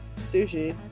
Sushi